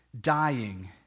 Dying